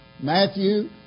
Matthew